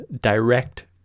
direct